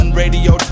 radio